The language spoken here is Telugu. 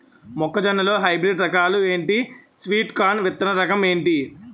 మొక్క జొన్న లో హైబ్రిడ్ రకాలు ఎంటి? స్వీట్ కార్న్ విత్తన రకం ఏంటి?